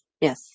Yes